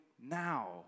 now